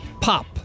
Pop